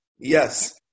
yes